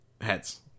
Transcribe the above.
Heads